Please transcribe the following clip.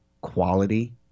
quality